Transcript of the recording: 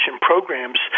programs